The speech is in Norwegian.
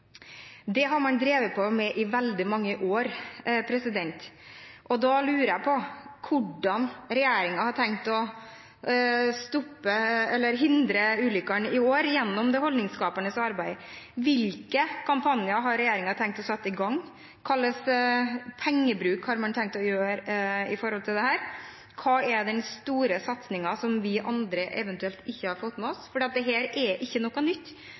Det har man drevet med i veldig mange år. Da lurer jeg på hvordan regjeringen har tenkt å hindre ulykker i år gjennom holdningsskapende arbeid. Hvilke kampanjer har regjeringen tenkt å sette i gang? Hva er pengebruken knyttet til dette? Hva er den store satsingen som vi andre eventuelt ikke har fått med oss? For dette er ikke noe nytt.